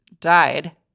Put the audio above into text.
died-